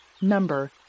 number